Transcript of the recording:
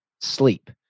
sleep